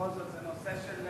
בכל זאת זה נושא של,